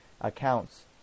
accounts